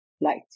light